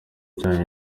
cyanyu